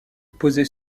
posée